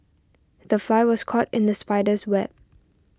the fly was caught in the spider's web